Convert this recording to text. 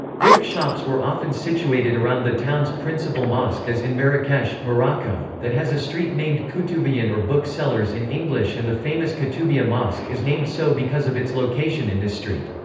book shops were often situated around the town's principal mosque as in marrakesh, morocco, that has a street named kutubiyyin or book sellers in english and the famous koutoubia mosque is named so because of its location in this street.